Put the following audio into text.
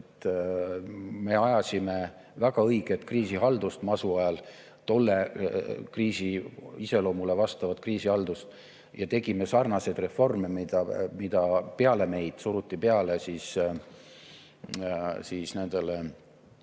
Me ajasime väga õiget kriisihaldust masu ajal, tolle kriisi iseloomule vastavat kriisihaldust, ja tegime sarnaseid reforme, mida pärast meid suruti peale nendele